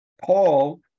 Paul